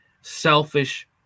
Selfish